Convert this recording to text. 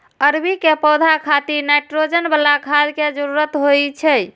अरबी के पौधा खातिर नाइट्रोजन बला खाद के जरूरत होइ छै